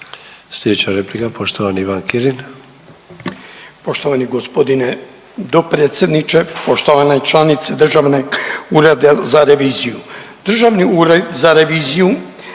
Sljedeća replika poštovani Ivan Kirin. **Kirin, Ivan (HDZ)** Poštovani g. dopredsjedniče, poštovane članice Državnog ureda za reviziju. Državni ured za reviziju